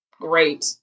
great